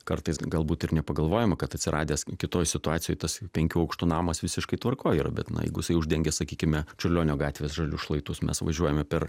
kartais galbūt ir nepagalvojama kad atsiradęs kitoj situacijoj tas penkių aukštų namas visiškai tvarkoj yra bet na jeigu jisai uždengęs sakykime čiurlionio gatvės žalius šlaitus mes važiuojame per